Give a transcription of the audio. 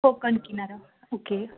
कोकण किनारा ओके